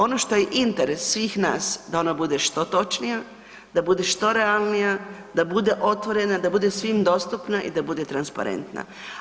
Ono što je interes svih nas, da ona bude što točnija, da bude što realnija, da bude otvorena, da bude svim dostupna i da bude transparentna.